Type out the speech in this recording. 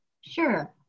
Sure